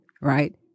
right